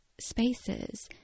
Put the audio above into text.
spaces